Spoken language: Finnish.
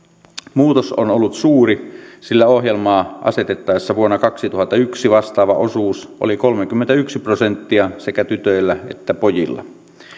muutos on ollut suuri sillä ohjelmaa asetettaessa vuonna kaksituhattayksi vastaava osuus oli kolmekymmentäyksi prosenttia sekä tytöillä että pojilla